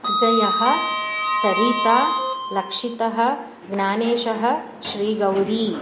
अजयः सरीता लक्षितः ज्ञानेशः श्रीगौरी